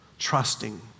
Trusting